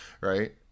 right